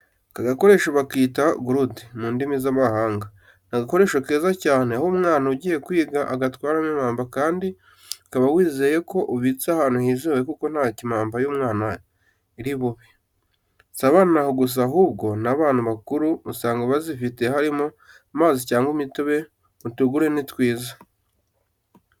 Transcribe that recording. Aka gakoresho bakita gurude mu ndimi z'amahanga. Ni agakoresho keza cyane uha umwana ugiye kwiga agatwaramo impamba kandi ukaba wizeye ko ibitse ahantu hizewe ko ntacyo impamba y'umwana iri bube, si n'abana gusa ahubwo n'abantu bakuru, usanga bazifite harimo amazi cyangwa imitobe mutugure ni twiza.